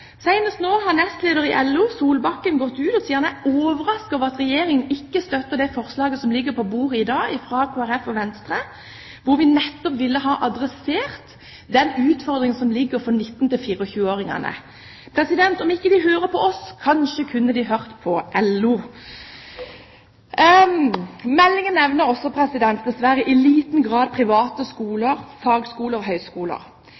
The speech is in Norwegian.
Senest nå har nestlederen i LO, Solbakken, gått ut og sagt at han er overrasket over at Regjeringen ikke støtter det forslaget som ligger på bordet i dag fra Kristelig Folkeparti og Venstre, hvor vi nettopp ville ha adressert den utfordringen som ligger for 19–24-åringene. Om ikke de hører på oss, så kanskje kunne de hørt på LO. Meldingen nevner dessverre i liten grad private